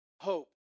hope